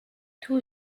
two